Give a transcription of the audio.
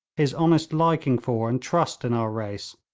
his honest liking for and trust in our race,